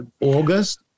August